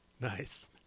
Nice